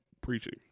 preaching